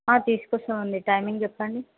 తీసుకొస్తాం అండి టైమింగ్ చెప్పండి